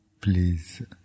Please